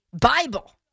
Bible